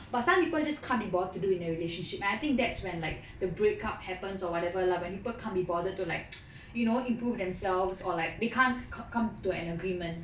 but some people just can't be bothered to do in a relationship and I think that's when like the breakup happens or whatever lah when people can't be bothered to like you know improve themselves or like they can't come to an agreement